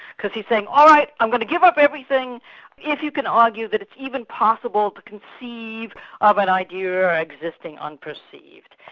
because he's saying, all right, i'm going to give up everything if you can argue that it's even possible but to conceive of an idea existing on perceived.